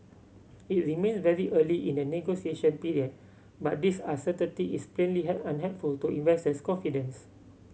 it remains very early in the negotiation period but this uncertainty is plainly unhelpful to investor confidence